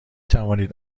توانید